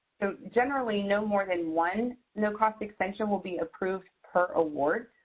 so generally no more than one no-cost extension will be approved per award.